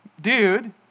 dude